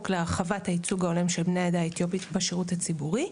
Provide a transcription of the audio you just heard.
להרחבת הייצוג ההולם של בני העדה האתיופית בשירות הציבורי,